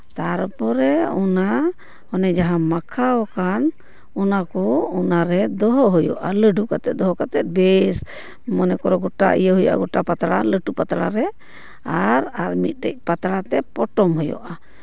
ᱛᱟᱨᱯᱚᱨᱮ ᱚᱱᱟ ᱚᱱᱮ ᱡᱟᱦᱟᱸ ᱢᱟᱠᱷᱟᱣ ᱟᱠᱟᱱ ᱚᱱᱟ ᱠᱚ ᱚᱱᱟᱨᱮ ᱫᱚᱦᱚ ᱦᱩᱭᱩᱜᱼᱟ ᱞᱟᱹᱰᱩ ᱠᱟᱛᱮᱫ ᱵᱮᱥ ᱢᱚᱱᱮ ᱠᱚᱨᱚ ᱜᱳᱴᱟ ᱤᱭᱟᱹ ᱦᱩᱭᱩᱜᱼᱟ ᱜᱳᱴᱟ ᱯᱟᱛᱲᱟ ᱞᱟᱹᱴᱩ ᱯᱟᱛᱲᱟ ᱨᱮ ᱟᱨ ᱟᱨ ᱢᱤᱫᱴᱮᱡ ᱯᱟᱛᱲᱟ ᱛᱮ ᱯᱚᱴᱚᱢ ᱦᱩᱭᱩᱜᱼᱟ